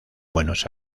buenos